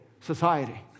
society